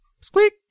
Squeak